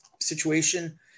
situation